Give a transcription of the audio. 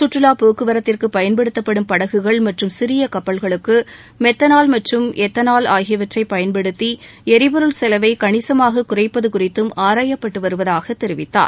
சுற்றுலா போக்குவரத்திற்கு பயன்படுத்தப்படும் படகுகள் மற்றும் சிறிய கப்பல்களுக்கு மெத்தனால் மற்றும் எத்தனால் ஆகியவற்றை பயன்படுத்தி எரிபொருள் செலவை கணிசமாகக் குறைப்பது குறித்தும் ஆராயப்பட்டு வருவதாகத் தெரிவித்தார்